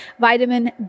Vitamin